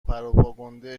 پروپاگانده